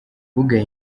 ugaya